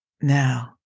Now